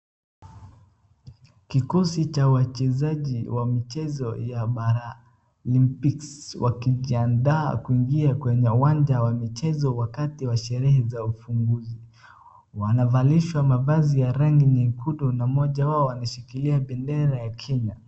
Kikosi cha wachezaji wa michezo ya maraa Olimpics wakijiandalia kwenye uwanja wa michezo wakati wa sherehe za ufunguzi, wanavalishwa mavazui ya rangi nyekundu na mmoja wao anashikilia bendera ya kenya.